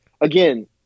again